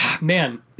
man